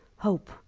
Hope